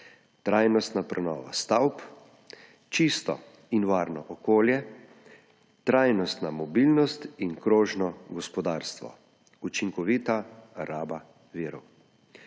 trajnostna prenova stavb, čisto in varno okolje, trajnostna mobilnost in krožno gospodarstvo, učinkovita raba virov.